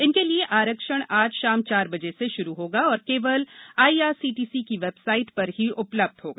इनके लिए आरक्षण आज शाम चार बजे से शुरू होगा और केवल आईआरसीटीसी की वेबसाइट पर उपलब्ध रहेगा